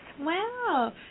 Wow